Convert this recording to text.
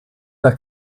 der